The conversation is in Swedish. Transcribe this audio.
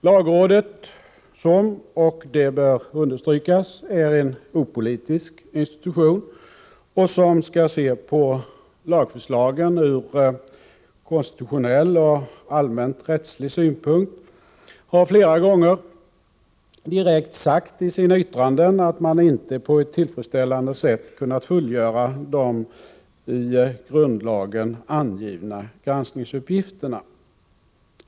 Lagrådet, som är en opolitisk institution —- vilket bör understrykas — och som skall se på lagförslagen ur konstitutionell och allmänt rättslig synpunkt, har flera gånger direkt sagt i sina yttranden att det inte på ett tillfredsställande sätt kunnat fullgöra de i grundlagen angivna granskningsuppgifterna.